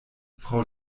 frau